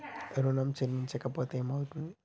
ఋణం చెల్లించకపోతే ఏమయితది?